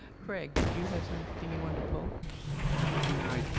craig? did you have something you wanted to poke? yeah